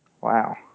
Wow